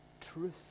truth